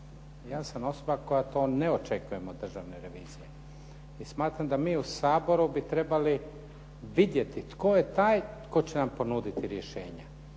Ja sam osoba koja to ne očekujem od Državne revizije i smatram da mi u Saboru bi trebali vidjeti tko je taj koji će nam ponuditi rješenja.